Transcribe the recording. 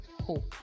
hope